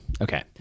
okay